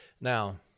Now